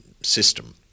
system